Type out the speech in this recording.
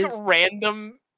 random